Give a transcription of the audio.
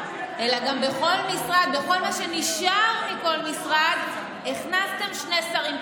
אלא שלכל מה שנשאר מכל משרד הכנסתם שני שרים.